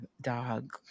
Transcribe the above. dog